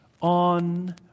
on